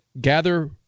gather